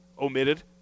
omitted –